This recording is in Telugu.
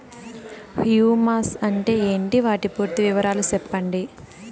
హ్యూమస్ అంటే ఏంటి? వాటి పూర్తి వివరాలు సెప్పండి?